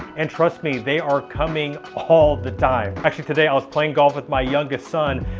and trust me, they are coming all the time. actually today i was playing golf with my youngest son,